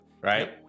right